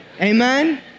Amen